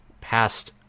passed